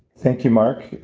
thank you, mark.